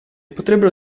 potrebbero